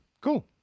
Cool